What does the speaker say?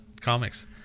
comics